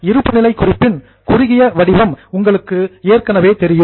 இருப்புநிலை குறிப்பின் short form குறுகிய வடிவம் உங்களுக்கு ஏற்கனவே தெரியும்